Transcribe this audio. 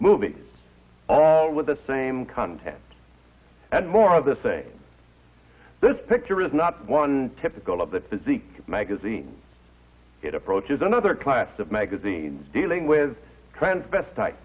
movies all with the same content and more of the same this picture is not typical of the physique magazine it approaches another class of magazines dealing with transvestite